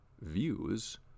views